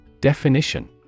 Definition